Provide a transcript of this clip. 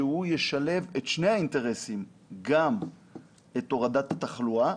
שהוא ישלב את שני האינטרסים, גם את הורדת התחלואה